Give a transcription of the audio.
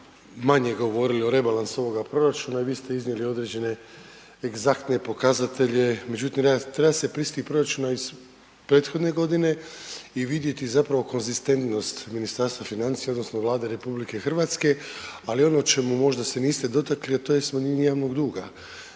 manje govorili o rebalansu ovoga proračuna i vi ste iznijeli određene egzaktne pokazatelje. Međutim treba se prisjetiti proračuna iz prethodne godine i vidjeti zapravo konzistentnost Ministarstva financija odnosno Vlade RH. Ali ono o čemu možda se niste dotakli a to je smanjenje javnog duga